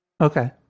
Okay